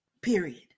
Period